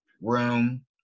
room